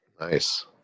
Nice